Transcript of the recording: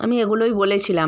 আমি এগুলোই বলেছিলাম